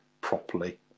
properly